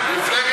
יש עוד סדר-יום.